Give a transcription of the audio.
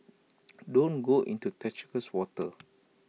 don't go into treacherous waters